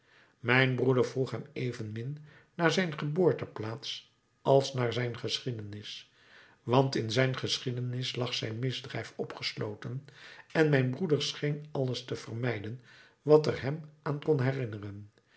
mijn broeder vroeg hem evenmin naar zijn geboorteplaats als naar zijn geschiedenis want in zijn geschiedenis lag zijn misdrijf opgesloten en mijn broeder scheen alles te vermijden wat er hem aan kon herinneren